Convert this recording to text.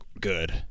good